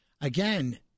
again